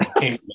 came